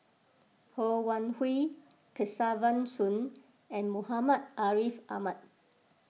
Ho Wan Hui Kesavan Soon and Muhammad Ariff Ahmad